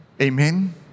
Amen